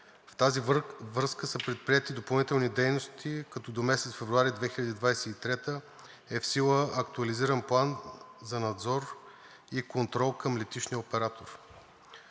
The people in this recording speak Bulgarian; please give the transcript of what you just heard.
В тази връзка са предприети допълнителни дейности, като до месец февруари 2023 г. е в сила актуализиран План за надзор и контрол към летищния оператор.